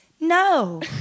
No